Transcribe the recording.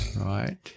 Right